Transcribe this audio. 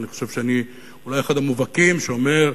ואני חושב שאני אולי אחד המובהקים שאומר: